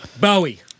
Bowie